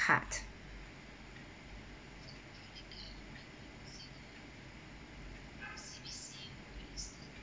card